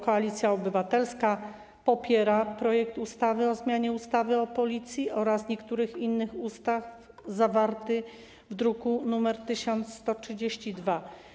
Koalicja Obywatelska popiera projekt ustawy o zmianie ustawy o Policji oraz niektórych innych ustaw zawarty w druku nr 1132.